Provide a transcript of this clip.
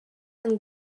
and